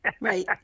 Right